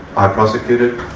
i prosecuted,